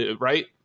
Right